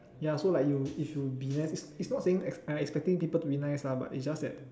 ya so like you if you be nice is is not saying I I expecting people to be nice lah but it's just that